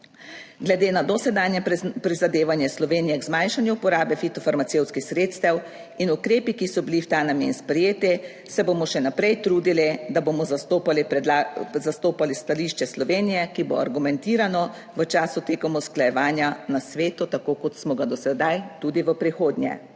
Glede na dosedanje prizadevanje Slovenije k zmanjšanju porabe fitofarmacevtskih sredstev in ukrepi, ki so bili v ta namen sprejeti se bomo še naprej trudili, da bomo zastopali stališče Slovenije, ki bo argumentirano v času tekom usklajevanja na svetu, tako kot smo ga do sedaj, tudi v prihodnje.